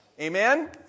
Amen